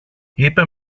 είπε